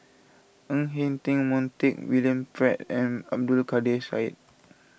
Ng Eng Teng Montague William Pett and Abdul Kadir Syed